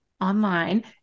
online